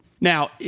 Now